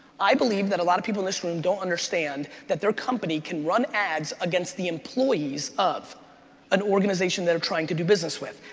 i believe that a lot of people in this room don't understand that their company can run ads against the employees of an organization they are trying to do business with.